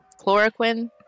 chloroquine